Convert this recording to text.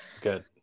Good